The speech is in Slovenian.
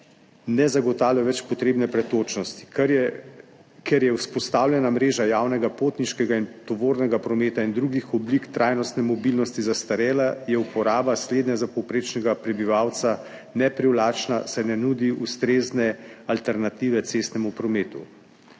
ne zagotavljajo več potrebne pretočnosti, ker je vzpostavljena mreža javnega potniškega in tovornega prometa in drugih oblik trajnostne mobilnosti zastarela, je uporaba slednja za povprečnega prebivalca neprivlačna, saj ne nudi ustrezne alternative cestnemu prometu.